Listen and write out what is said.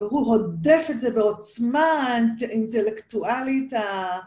והוא הודף את זה בעוצמה אינטלקטואלית.